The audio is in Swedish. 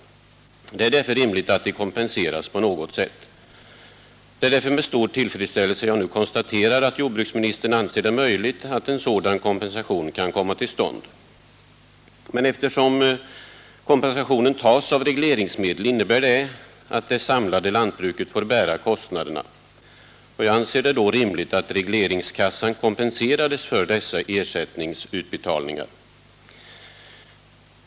Det är därför rimligt att de kompenseras på något sätt. Det är således med stor tillfredsställelse jag nu konstaterar att jordbruksministern anser det möjligt att en sådan kompensation kan komma till stånd. Men eftersom kompensationen tas av regleringsmedel innebär det att det samlade lantbruket får bära kostnaderna. Jag anser att det vore rimligt om regleringskassan kompenserades för dessa ersättningsutbetalningar.